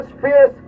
fierce